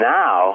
now